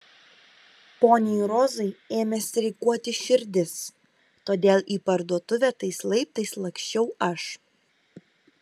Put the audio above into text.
poniai rozai ėmė streikuoti širdis todėl į parduotuvę tais laiptais laksčiau aš